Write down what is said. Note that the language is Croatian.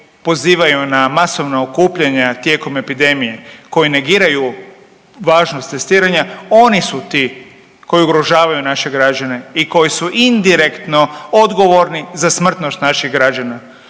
pozivaju na masovna okupljanja tijekom epidemije, koji negiraju važnost testiranja, oni su ti koji ugrožavaju naše građane i koji su indirektno odgovorni za smrtnost naših građana.